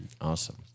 awesome